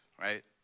right